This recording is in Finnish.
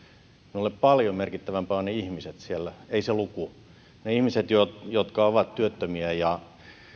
minulle paljon merkittävämpiä ovat ne ihmiset siellä ei se luku ne ihmiset jotka jotka ovat työttömiä ja